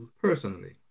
personally